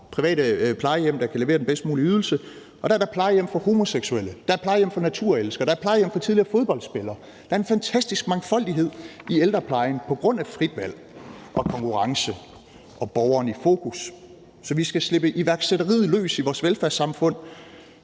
private plejehjem, der kan levere den bedst mulige ydelse. Dér er der plejehjem for homoseksuelle, der er plejehjem for naturelskere, og der er plejehjem for tidligere fodboldspillere. Der er en fantastisk mangfoldighed i ældreplejen på grund af frit valg og konkurrence, og fordi man har sat borgeren i fokus. Så vi skal slippe iværksætteriet løs i vores velfærdssamfund,